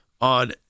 on